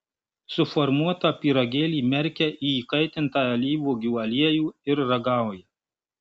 suformuotą pyragėlį merkia į įkaitintą alyvuogių aliejų ir ragauja